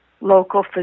local